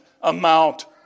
amount